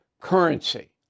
currency